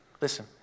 Listen